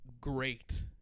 great